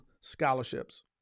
scholarships